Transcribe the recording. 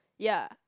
ya